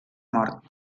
mort